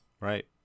Right